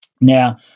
Now